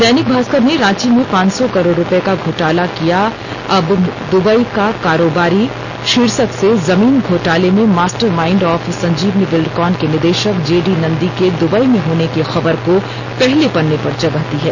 दैनिक भास्कर ने रांची में पांच सौ करोड़ रूप्ये का घोटाला किया अब द्बई का कारोबारी शीर्षक से जमीन घोटाले में mastermind of Sanjeevani Buildcom के निदेशक जे डी नंदी के दुबई में होने की खबर को पहले पन्ने पर जगह दी है